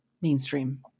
mainstream